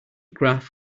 graph